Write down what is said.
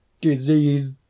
disease